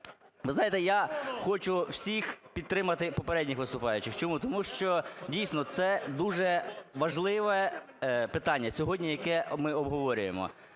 Ви знаєте, я хочу всіх підтримати попередніх виступаючих. Чому? Тому що дійсно це дуже важливе питання сьогодні, яке ми обговорюємо.